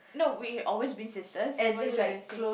no we always been sisters what you trying to say